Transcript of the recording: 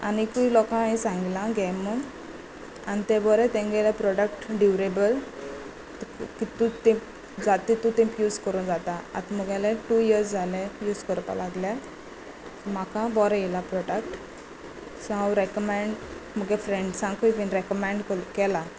आनीकूय लोकां हांवें सांगिला घे म्हणून आनी ते बरे तेंगेले प्रोडक्ट ड्युरेबल कित तू जातूंत ते यूज करूंक जाता आतां मुगेले टू इयर्स जाले यूज करपाक लागले म्हाका बोरे येयला प्रोडक्ट सो हांव रेकमेंड म्हगे फ्रेंड्सांकूय बी रॅकमेंड केला